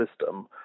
system